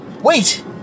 Wait